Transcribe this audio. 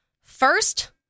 First